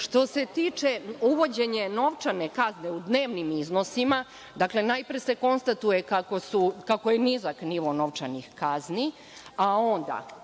se tiče uvođenja novčane kazne u dnevnim iznosima. Dakle, najpre se konstatuje kako je nizak nivo novčanih kazni, a onda